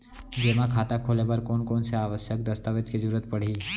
जेमा खाता खोले बर कोन कोन से आवश्यक दस्तावेज के जरूरत परही?